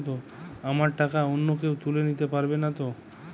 আমার টাকা অন্য কেউ তুলে নিতে পারবে নাতো?